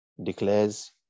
declares